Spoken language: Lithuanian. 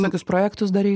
visokius projektus darei